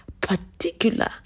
particular